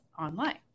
online